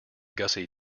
gussie